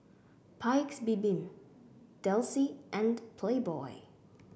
Paik's Bibim Delsey and Playboy